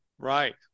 Right